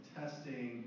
testing